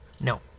No